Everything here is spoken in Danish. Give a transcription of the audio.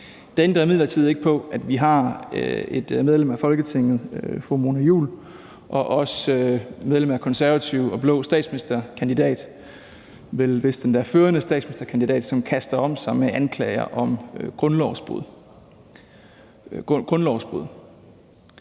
imidlertid ikke ved, at vi har et medlem af Folketinget, fru Mona Juul, og også et andet medlem af Konservative og en blå statsministerkandidat – vistnok den førende statsministerkandidat – som kaster om sig med anklager om grundlovsbrud.